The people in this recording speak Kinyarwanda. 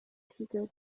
kigali